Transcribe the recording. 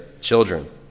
children